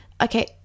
Okay